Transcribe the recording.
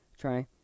try